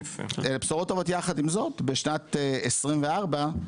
יחד עם זאת, בשנת 24,